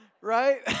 Right